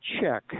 check